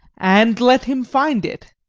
and let him find it.